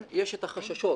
יש את החששות